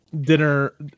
Dinner